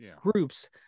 groups